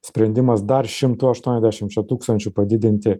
sprendimas dar šimtu aštuoniasdešimčia tūkstančių padidinti